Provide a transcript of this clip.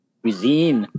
cuisine